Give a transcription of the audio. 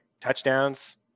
touchdowns